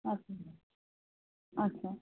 अच्छा अच्छा